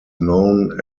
known